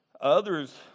Others